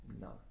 no